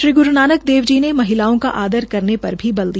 श्री ग्रू नानक देव जी ने महिलाओं का आदर करने पर भी बल दिया